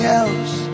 else